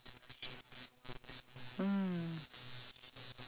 deanna's kitchen I heard of deanna's kitchen where is it